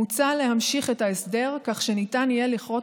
מוצע להמשיך את ההסדר כך שניתן יהיה לכרות